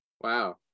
Wow